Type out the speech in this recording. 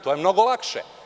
To je mnogo lakše.